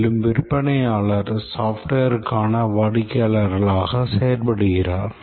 மேலும் விற்பனையாளர் softwareகான வாடிக்கையாளர்களாக செயல்படுகிறார்கள்